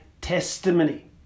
testimony